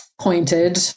pointed